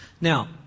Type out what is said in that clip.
Now